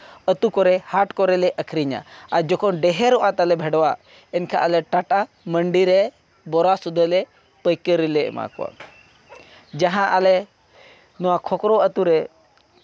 ᱟᱛᱳ ᱠᱚᱨᱮ ᱦᱟᱴ ᱠᱚᱨᱮ ᱞᱮ ᱟᱹᱠᱷᱨᱤᱧᱟ ᱟᱨ ᱡᱚᱠᱷᱚᱱ ᱰᱷᱮᱹᱨᱚᱜ ᱛᱟᱞᱮᱭᱟ ᱵᱷᱮᱰᱣᱟ ᱮᱱᱠᱷᱟᱡ ᱟᱞᱮ ᱴᱟᱴᱟ ᱢᱟᱹᱱᱰᱤ ᱨᱮ ᱵᱳᱨᱟ ᱥᱩᱫᱷᱟᱹᱜ ᱞᱮ ᱯᱟᱹᱭᱠᱟᱹᱨᱤᱞᱮ ᱮᱢᱟ ᱠᱚᱣᱟ ᱡᱟᱦᱟᱸ ᱟᱞᱮ ᱱᱚᱣᱟ ᱠᱷᱚᱠᱨᱚ ᱟᱛᱳ ᱨᱮ